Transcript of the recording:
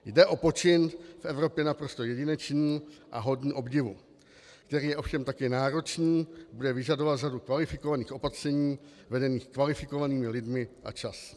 Jde o počin v Evropě naprosto jedinečný a hodný obdivu, který je ovšem také náročný, bude vyžadovat řadu kvalifikovaných opatření vedených kvalifikovanými lidmi a čas.